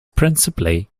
principally